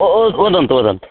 ओ ओ वदन्तु वदन्तु